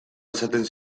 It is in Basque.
esaten